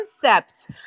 concept